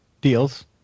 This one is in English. deals